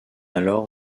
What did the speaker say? alors